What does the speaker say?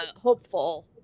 hopeful